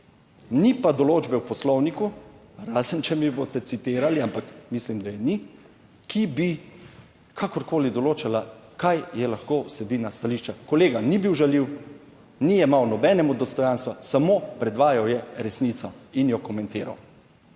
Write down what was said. Ni pa določbe v Poslovniku, razen če mi boste citirali, ampak mislim, da je ni, ki bi kakorkoli določala kaj je lahko vsebina stališča, kolega ni bil žaljiv. Ni jemal nobenemu dostojanstva, samo predvajal je resnico in jo komentiral.